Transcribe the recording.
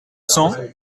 cents